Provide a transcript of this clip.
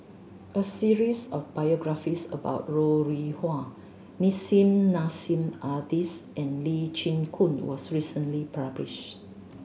a series of biographies about Ro Rih Hwa Nissim Nassim Adis and Lee Chin Koon was recently published